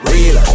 Real